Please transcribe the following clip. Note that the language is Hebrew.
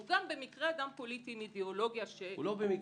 שהוא גם פוליטי עם אידיאולוגיה- - לא במקרה.